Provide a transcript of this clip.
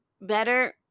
better